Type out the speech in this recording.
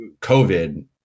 COVID